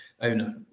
owner